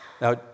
Now